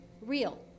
real